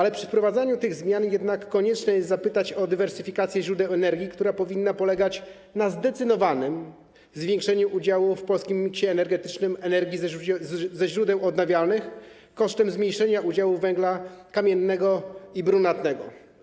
W przypadku wprowadzania tych zmian konieczne jest jednak zadanie pytania o dywersyfikację źródeł energii, która powinna polegać na zdecydowanym zwiększeniu udziału w polskim miksie energetycznym energii ze źródeł odnawialnych kosztem zmniejszenia udziału węgla kamiennego i brunatnego.